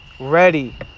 Ready